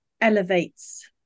elevates